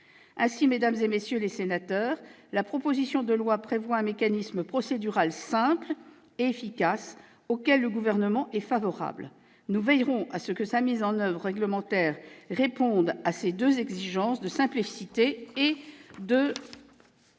Ainsi, mesdames, messieurs les sénateurs, la proposition de loi prévoit un mécanisme procédural simple et efficace auquel les membres du Gouvernement sont favorables. Nous veillerons à ce que sa mise en oeuvre réglementaire réponde à ces deux exigences de simplicité et